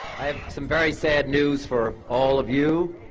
have some very sad news for all of you,